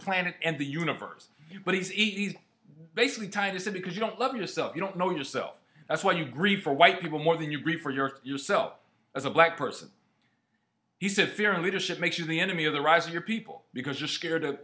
planet and the universe but he's easy basically trying to say because you don't love yourself you don't know yourself that's what you grieve for white people more than you for yourself as a black person he said fear leadership makes you the enemy of the rise of your people because you're scared to